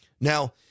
Now